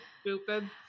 Stupid